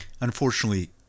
Unfortunately